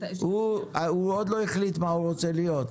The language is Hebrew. הוא עוד לא החליט מה הוא רוצה להיות.